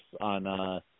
on